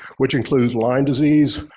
which includes lyme disease,